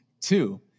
Two